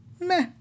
meh